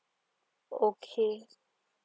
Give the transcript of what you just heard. okay